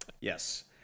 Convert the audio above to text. Yes